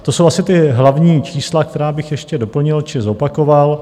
To jsou asi ta hlavní čísla, která bych ještě doplnil či zopakoval.